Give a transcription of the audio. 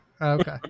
Okay